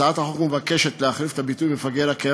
הצעת החוק היא להחליף את הביטוי מפגר הקיים